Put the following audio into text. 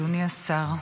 אדוני השר,